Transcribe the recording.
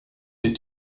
des